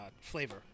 flavor